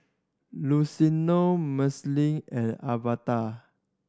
Luciano Marceline and Alverda